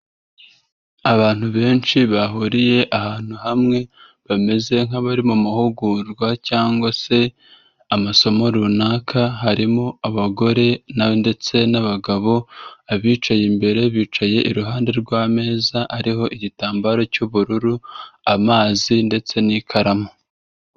Abantu benshi bahuriye ahantu hamwe bameze nk'abari mu mahugurwa cyangwa se amasomo runaka, harimo abagore ndetse n'abagabo, abicaye imbere bicaye iruhande rw'ameza ariho igitambaro cy'ubururu, amazi ndetse n'ikaramu.